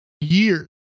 years